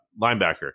Linebacker